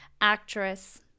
actress